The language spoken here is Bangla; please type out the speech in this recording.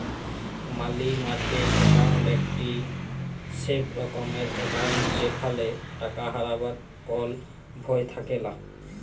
মালি মার্কেট একাউন্ট একটি স্যেফ রকমের একাউন্ট যেখালে টাকা হারাবার কল ভয় থাকেলা